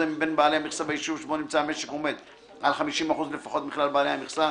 מבין בעלי המכסה ביישוב שבו נמצא המשק עומד על 50% לפחות מכלל בעלי המכסה